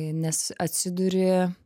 nes atsiduri